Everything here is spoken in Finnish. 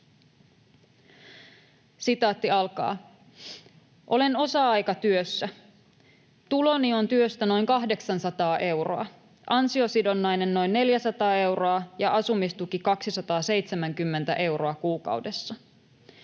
palkalla eläisi.” ”Olen osa-aikatyössä. Tuloni on työstä noin 800 euroa, ansiosidonnainen noin 400 euroa ja asumistuki 270 euroa kuukaudessa.